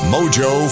Mojo